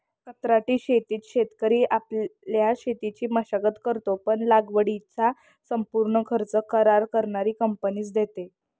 कंत्राटी शेतीत शेतकरी आपल्या शेतीची मशागत करतो, पण लागवडीचा संपूर्ण खर्च करार करणारी कंपनीच देते